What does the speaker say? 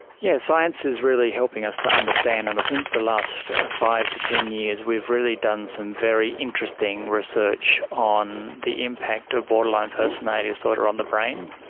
yes, science is really helping us to understand, and i think in the last five to ten years we've really done some very interesting research on the impact of borderline personality disorder on the brain.